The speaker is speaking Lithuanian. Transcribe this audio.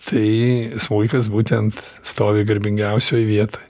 tai smuikas būtent stovi garbingiausioj vietoj